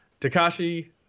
Takashi